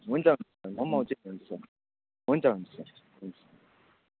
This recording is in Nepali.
हुन्छ हुन्छ म सर हुन्छ हुन्छ सर